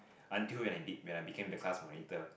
until when I when I became the class monitor